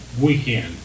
weekend